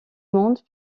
monde